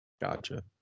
Gotcha